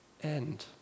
end